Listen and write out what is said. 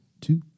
two